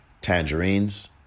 tangerines